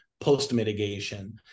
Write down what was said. post-mitigation